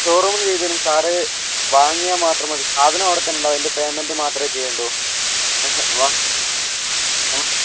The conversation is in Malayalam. ആ ഷോറൂമീന്ന് ചെയ്തുതരും സാറ് വാങ്ങിയാൽ മാത്രം മതി സാധനം അവിടെ തന്നെയുണ്ടാകും അതിൻ്റെ പേയ്മെൻ്റ് മാത്രമേ ചെയ്യേണ്ടൂ